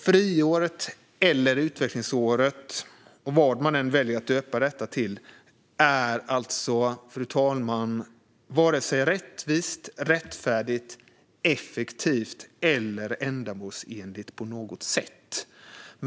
Friåret eller utvecklingsåret, vad man än väljer att döpa det till, är alltså varken rättvist, rättfärdigt, effektivt eller ändamålsenligt på något sätt.